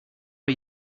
are